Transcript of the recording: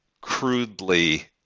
crudely